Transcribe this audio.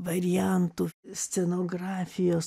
variantų scenografijos